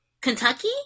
Kentucky